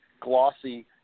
glossy